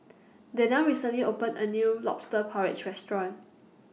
Daniele recently opened A New Lobster Porridge Restaurant